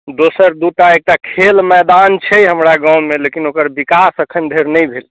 दोसर दू टा एकटा खेल मैदान छै हमरा गाममे लेकिन ओकर विकास एखनि धरि नहि भेलै